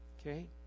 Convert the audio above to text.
Okay